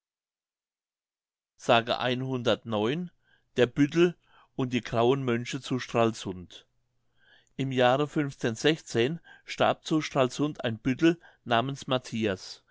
s der büttel und die grauen mönche zu stralsund im jahre starb zu stralsund ein büttel namens matthias